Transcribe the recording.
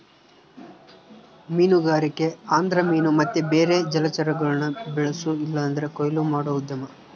ಮೀನುಗಾರಿಕೆ ಅಂದ್ರ ಮೀನು ಮತ್ತೆ ಬೇರೆ ಜಲಚರಗುಳ್ನ ಬೆಳ್ಸೋ ಇಲ್ಲಂದ್ರ ಕೊಯ್ಲು ಮಾಡೋ ಉದ್ಯಮ